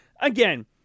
again